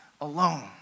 alone